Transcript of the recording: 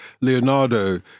Leonardo